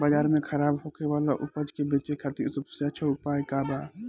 बाजार में खराब होखे वाला उपज के बेचे खातिर सबसे अच्छा उपाय का बा?